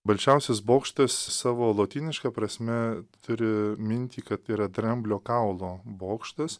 balčiausiasis bokštas savo lotyniška prasme turi mintį kad yra dramblio kaulo bokštas